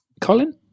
Colin